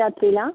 രാത്രിയിലാണോ